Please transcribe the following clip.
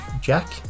Jack